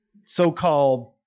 so-called